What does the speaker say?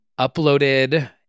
Uploaded